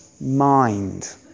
mind